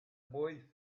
boy